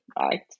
right